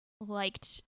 liked